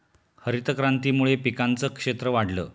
हरितक्रांतीमुळे पिकांचं क्षेत्र वाढलं